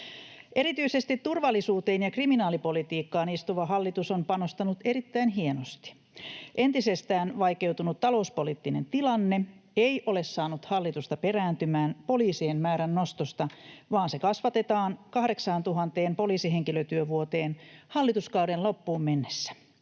Erityisesti turvallisuuteen ja kriminaalipolitiikkaan istuva hallitus on panostanut erittäin hienosti. Entisestään vaikeutunut talouspoliittinen tilanne ei ole saanut hallitusta perääntymään poliisien määrän nostosta, vaan se kasvatetaan 8 000 poliisihenkilötyövuoteen hallituskauden loppuun mennessä.